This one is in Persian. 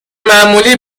معمولی